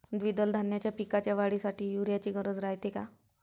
द्विदल धान्याच्या पिकाच्या वाढीसाठी यूरिया ची गरज रायते का?